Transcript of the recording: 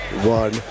one